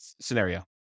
scenario